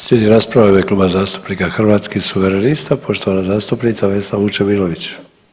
Slijedi rasprava u ime Kluba zastupnika Hrvatskih suverenista, poštovana zastupnica Vesna Vučemilović.